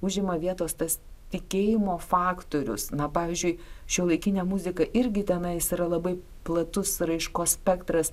užima vietos tas tikėjimo faktorius na pavyzdžiui šiuolaikinė muzika irgi tenais yra labai platus raiškos spektras